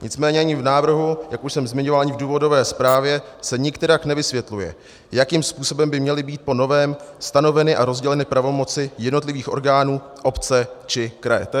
Nicméně ani v návrhu, jak už jsem zmiňoval, ani v důvodové zprávě se nikterak nevysvětluje, jakým způsobem by měly být po novém stanoveny a rozděleny pravomoci jednotlivých orgánů obce či kraje.